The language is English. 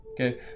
Okay